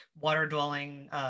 water-dwelling